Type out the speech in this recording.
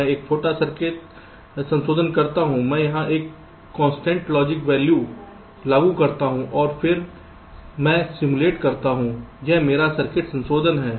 मैं एक छोटा सर्किट संशोधन करता हूं मैं यहां एक कांस्टेंट लॉजिक वैल्यू लागू करता हूं और फिर मैं सिमलेट करता हूं यह मेरा सर्किट संशोधन है